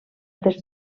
des